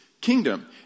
kingdom